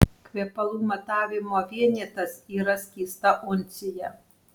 kvepalų matavimo vienetas yra skysta uncija